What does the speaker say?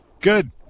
good